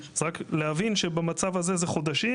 אז רק להבין שבמצב הזה זה חודשים,